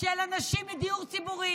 של אנשים מדיור ציבורי,